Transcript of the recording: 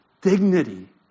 dignity